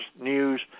news